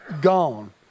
gone